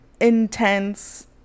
intense